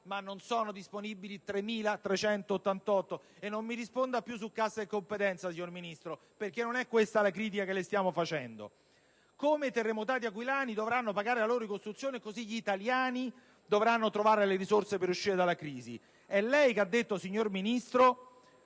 ma non ne sono disponibili 3.388, e non mi risponda più su cassa e competenza, signor Ministro, perché non è questa la critica che le stiamo muovendo! Come i terremotati aquilani dovranno pagare la loro ricostruzione, così gli italiani dovranno trovare le risorse per uscire dalla crisi. È lei che ha detto, signor Ministro: